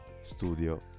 Studio